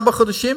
ארבעה חודשים,